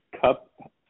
Cup